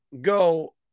go